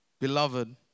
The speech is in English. beloved